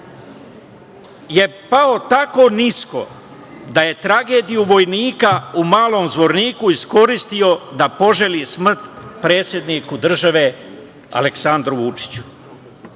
je pao tako nisko da je tragediju vojnika u Malom Zvorniku iskoristio da poželi smrt predsedniku države Aleksandru Vučiću.